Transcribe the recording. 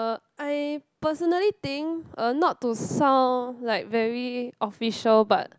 uh I personally think uh not to sound like very official but